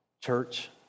Church